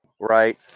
right